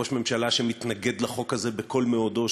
ראש ממשלה שמתנגד לחוק הזה בכל מאודו,